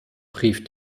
brief